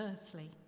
earthly